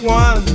one